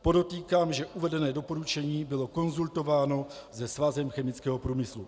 Podotýkám, že uvedené doporučení bylo konzultováno se Svazem chemického průmyslu.